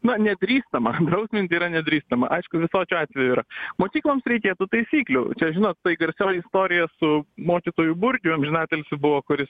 na nedrįstama drausminti yra nedrįstama aišku visokių atvejų yra mokykloms reikėtų taisyklių čia žinot tai garsioji istorija su mokytoju burgiu amžinatilsį buvo kuris